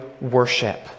worship